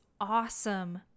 awesome